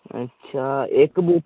अच्छा इक बू